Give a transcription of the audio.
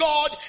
God